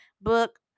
book